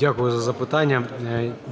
Дякую за запитання.